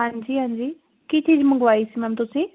ਹਾਂਜੀ ਹਾਂਜੀ ਕੀ ਚੀਜ ਮੰਗੂਆਈ ਸੀ ਮੈਮ ਤੁਸੀਂ